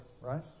right